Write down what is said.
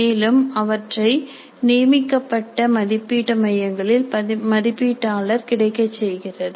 மேலும் அவற்றை நியமிக்கப்பட்ட மதிப்பீட்டு மையங்களில் மதிப்பீட்டாளர்களுக்கு கிடைக்கச் செய்கிறது